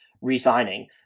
re-signing